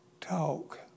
talk